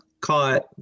caught